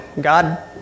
God